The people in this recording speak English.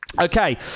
Okay